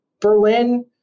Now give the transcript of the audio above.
Berlin